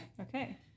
Okay